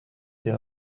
they